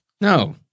No